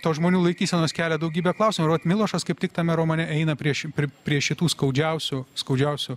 tos žmonių laikysenos kelia daugybę klausimų ir vat milošas kaip tik tame romane eina prie ši prie šitų skaudžiausių skaudžiausių